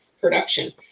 production